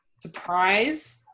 surprise